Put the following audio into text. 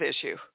issue